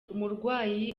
umurwayi